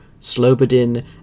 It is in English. Slobodin